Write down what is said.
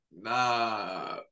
nah